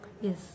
Yes